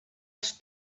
els